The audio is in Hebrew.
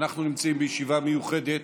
אנחנו נמצאים בישיבה מיוחדת.